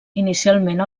inicialment